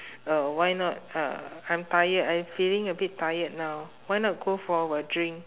uh why not uh I'm tired I feeling a bit tired now why not go for a drink